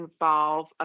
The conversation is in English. involve